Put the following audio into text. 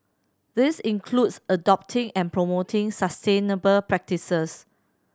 this includes adopting and promoting sustainable practices